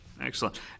Excellent